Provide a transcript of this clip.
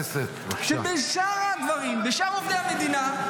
שבשאר הדברים, אצל שאר עובדי מדינה,